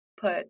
put